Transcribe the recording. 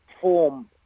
form